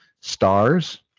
stars